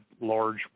large